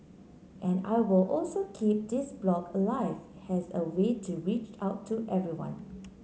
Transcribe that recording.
and I will also keep this blog alive as a way to reach out to everyone